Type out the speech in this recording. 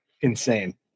insane